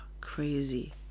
crazy